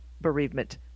bereavement